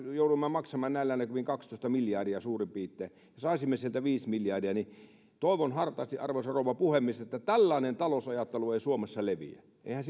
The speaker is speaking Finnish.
joudumme maksamaan näillä näkymin sinne kaksitoista miljardia suurin piirtein ja saisimme sieltä viisi miljardia toivon hartaasti arvoisa rouva puhemies että tällainen talousajattelu ei suomessa leviä eihän